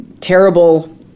terrible